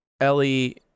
Ellie